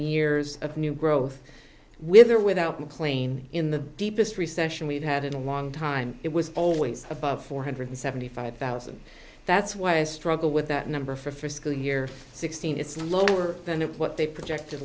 years of new growth with or without mclean in the deepest recession we've had in a long time it was always above four hundred seventy five thousand that's why i struggle with that number for fiscal year sixteen it's lower than what they project